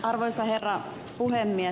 arvoisa herra puhemies